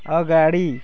अगाडि